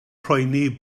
poeni